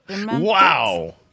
Wow